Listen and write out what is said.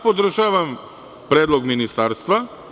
Podržavam predlog ministarstva.